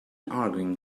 arguing